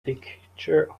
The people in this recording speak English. picture